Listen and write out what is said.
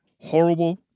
horrible